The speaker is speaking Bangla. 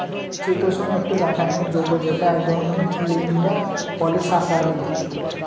চিতোষণ একটি রাসায়নিক যৌগ যেটা এক ধরনের লিনিয়ার পলিসাকারীদ